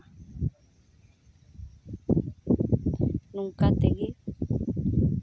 ᱱᱚᱝᱠᱟ ᱛᱮᱜᱮ